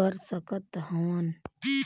कर सकत हवन?